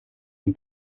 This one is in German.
den